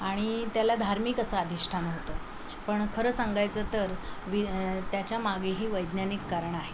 आणि त्याला धार्मिक असं अधिष्ठान होतं पण खरं सांगायचं तर वि त्याच्यामागेही वैज्ञानिक कारण आहे